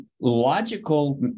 logical